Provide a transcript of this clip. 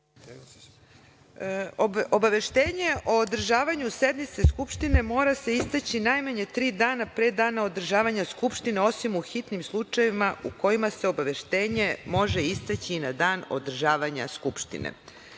Obaveštenje o održavanju sednice Skupštine mora se istaći najmanje tri dana pre dana održavanja Skupštine, osim u hitnim slučajevima u kojima se obaveštenje može istaći na dan održavanja Skupštine.